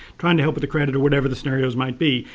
trying to help with the credit or whatever the scenarios might be,